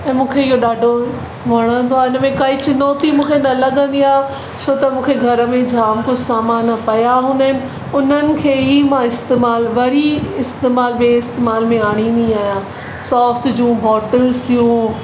ऐं मूंखे इयो ॾाढो वणंदो आहे इनमें काई चिनौती मूंखे न लॻंदी आहे छो त मूंखे घर में जाम कुझु सामान पिया हूंदा आहिनि उननि खे ई मां इस्तेमालु वरी इस्तेमालु ॿिए इस्तेमालु में आणिंदी आहियां सॉस जूं बॉटल्स थियूं